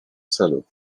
celu